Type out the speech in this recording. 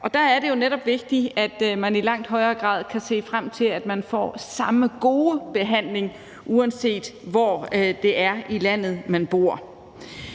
Der er det jo netop vigtigt, at man i langt højere grad kan se frem til, at man får den samme gode behandling, uanset hvor i landet man bor.